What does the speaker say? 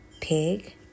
pig